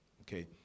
Okay